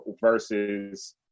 versus